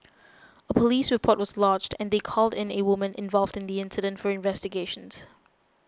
a police report was lodged and they called in a woman involved in the incident for investigations